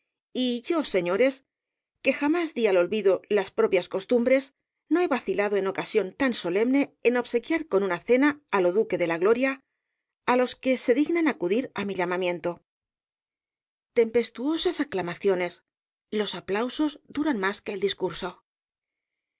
y yo señores que jamás di al olvido las propias costumbres no he vacilado en ocasión tan solemne en obsequiar con una cena d lo duque de la gloria á los que se dignan acudir á mi llamamiento tempestuosas aclamaciones los aplausos dtiran más que el discurso después de una breve pausa en la cual se restableció el